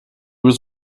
was